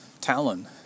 talon